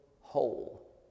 whole